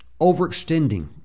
overextending